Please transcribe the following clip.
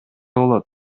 болот